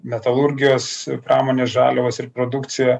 metalurgijos pramonės žaliavos ir produkcija